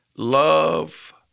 Love